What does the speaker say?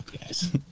guys